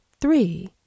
three